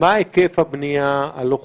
מה היקף הבנייה הלא חוקית?